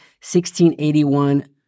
1681